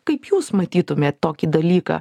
kaip jūs matytumėt tokį dalyką